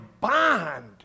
bond